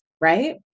right